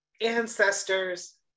ancestors